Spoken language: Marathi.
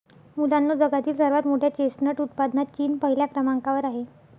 मुलांनो जगातील सर्वात मोठ्या चेस्टनट उत्पादनात चीन पहिल्या क्रमांकावर आहे